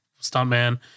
stuntman